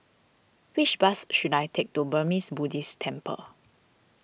which bus should I take to Burmese Buddhist Temple